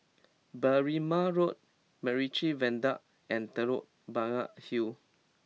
Berrima Road MacRitchie Viaduct and Telok Blangah Hill